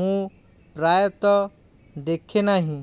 ମୁଁ ପ୍ରାୟତଃ ଦେଖେ ନାହିଁ